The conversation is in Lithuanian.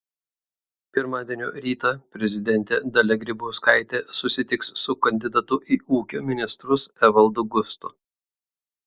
pirmadienio rytą prezidentė dalia grybauskaitė susitiks su kandidatu į ūkio ministrus evaldu gustu